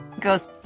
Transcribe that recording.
goes